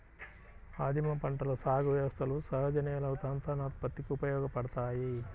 ఆదిమ పంటల సాగు వ్యవస్థలు సహజ నేల సంతానోత్పత్తికి ఉపయోగపడతాయి